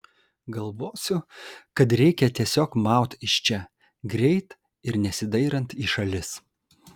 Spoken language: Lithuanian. galvosiu kad reikia tiesiog maut iš čia greit ir nesidairant į šalis